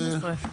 בשעות הראשונות.